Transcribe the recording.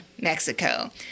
Mexico